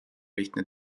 lihtne